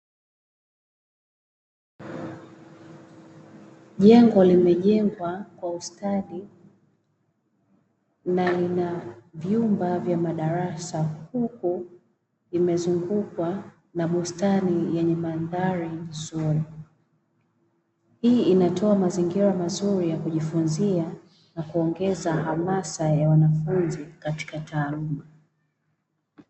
Jengo limejengwa kwa ustadi na lina vyumba vya madarasa. Huku vimezungukwa na bustani yenye madhari nzuri. Hii inatoa mazingira mazuri ya kujifunzia na kuongeza hamasa ya wanafunzi katika taaluma.